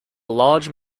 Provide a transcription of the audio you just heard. large